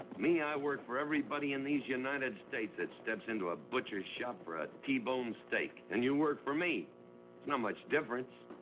me, i work for everybody in these united states. that steps into a butcher's shop for a t-bone steak, and you work for me. there's not much difference.